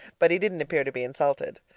but he didn't appear to be insulted.